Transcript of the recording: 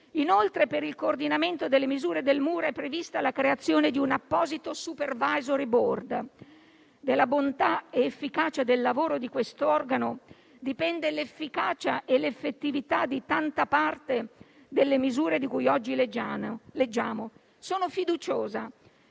Inoltre, per il coordinamento delle misure del MUR è prevista la creazione di un apposito *supervisory board.* Dalla bontà e dall'efficacia del lavoro di quest'organo dipende l'efficacia e l'effettività di tanta parte delle misure di cui oggi leggiamo. Sono fiduciosa